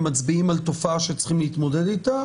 מצביעים על תופעה שצריכים להתמודד איתה,